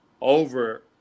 over